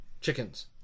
chickens